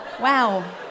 Wow